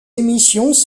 émissions